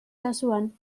kasuan